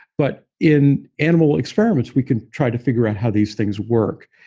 but in animal experiments, we can try to figure out how these things work.